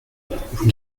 vous